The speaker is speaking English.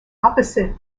opposite